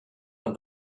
and